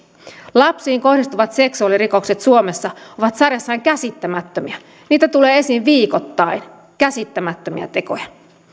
lapsiin kohdistuvat seksuaalirikokset suomessa ovat sarjassaan käsittämättömiä niitä tulee esiin viikoittain käsittämättömiä tekoja